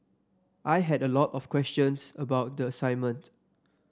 I had a lot of questions about the assignment